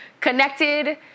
Connected